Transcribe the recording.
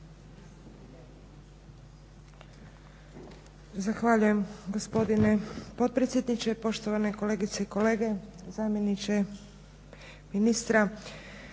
Zahvaljujem gospodine potpredsjedniče. Poštovane kolegice i kolege, zamjeniče ministra.